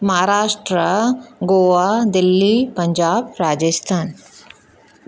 Maharashtra Goa Delhi Punjab Rajasthan